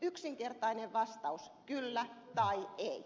yksinkertainen vastaus kyllä tai ei